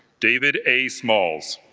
david a. smalls